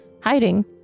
hiding